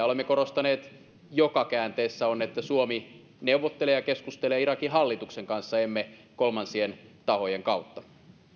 olemme korostaneet joka käänteessä on että suomi neuvottelee ja keskustelee irakin hallituksen kanssa emme kolmansien tahojen kautta